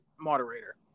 moderator